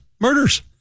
murders